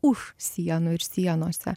už sienų ir sienose